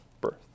birth